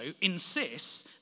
insists